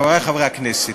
חברי חברי הכנסת,